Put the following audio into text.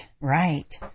Right